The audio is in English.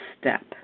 step